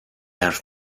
حرف